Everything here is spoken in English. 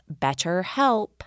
BetterHelp